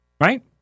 right